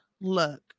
Look